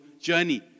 journey